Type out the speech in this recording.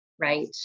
right